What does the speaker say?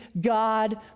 God